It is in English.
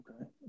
Okay